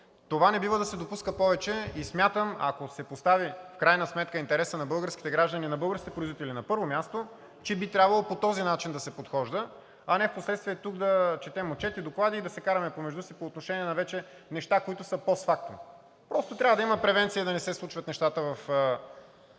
Това не бива да се допуска повече и смятам, ако се постави в крайна сметка интересът на българските граждани, на българските производители на първо място, че би трябвало по този начин да се подхожда, а не впоследствие тук да четем отчети, доклади и да се караме помежду си по отношение вече на неща, които са постфактум. (Председателят дава сигнал, че времето е